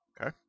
Okay